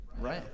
Right